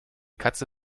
katze